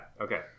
okay